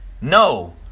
No